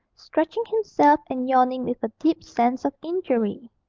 stretching himself and yawning with a deep sense of injury.